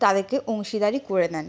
তাদেরকে অংশীদারি করে নেন